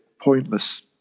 pointless